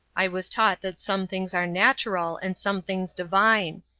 i was taught that some things are natural and some things divine.